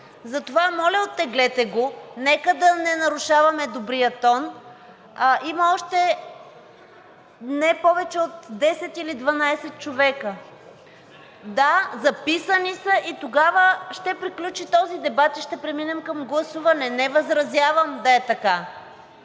Затова моля, оттеглете го. Нека да не нарушаваме добрия тон. Има още не повече от 10 или 12 човека, да, записани са, и тогава ще приключи този дебат и ще преминем към гласуване. Не възразявам да е така.